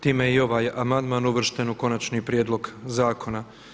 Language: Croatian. Time je i ovaj amandman uvršten u Konačni prijedlog zakona.